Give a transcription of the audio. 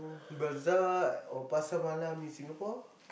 bazaar or Pasar Malam in Singapore